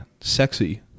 sexy